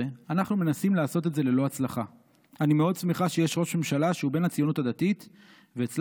וכך נכתב, אני מדלג,